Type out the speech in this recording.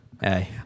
hey